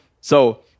So-